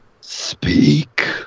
speak